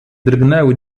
drgnęły